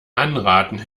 anraten